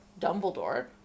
Dumbledore